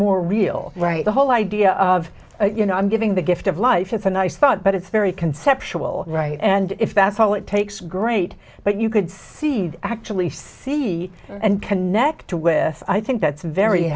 more real right the whole idea of you know i'm giving the gift of life it's a nice thought but it's very conceptual right and if that's all it takes great but you could see actually see and connect to with i think that's very